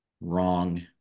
wrong